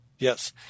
Yes